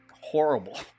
Horrible